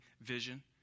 vision